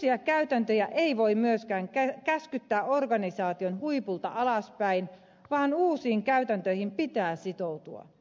uusia käytäntöjä ei voi myöskään käskyttää organisaation huipulta alaspäin vaan uusiin käytäntöihin pitää sitoutua